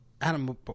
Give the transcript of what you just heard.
Adam